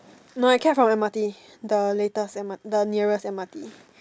no I cab from m_r_t the latest the nearest m_r_t